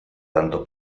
tanto